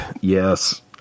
Yes